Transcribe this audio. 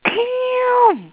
damn